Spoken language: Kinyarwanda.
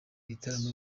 bitaramo